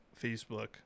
Facebook